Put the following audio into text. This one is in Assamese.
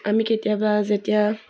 আমি কেতিয়াবা যেতিয়া